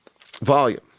volume